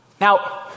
Now